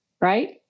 right